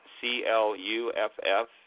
C-L-U-F-F